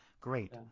Great